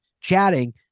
chatting